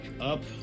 up